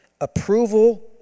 Approval